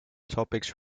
topics